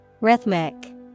Rhythmic